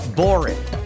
boring